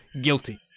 guilty